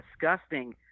disgusting